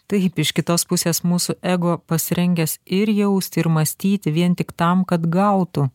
taip iš kitos pusės mūsų ego pasirengęs ir jausti ir mąstyti vien tik tam kad gautų